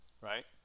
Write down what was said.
right